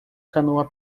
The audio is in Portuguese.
canoa